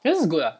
which is good ah